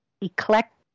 eclectic